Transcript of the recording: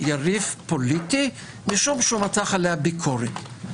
יריב פוליטי כי הוא מתח עליה ביקורת.